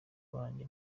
wanjye